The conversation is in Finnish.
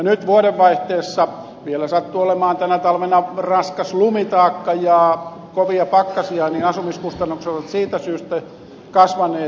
nyt sattui olemaan tänä talvena raskas lumitaakka ja kovia pakkasia joten asumiskustannukset ovat siitä syystä kasvaneet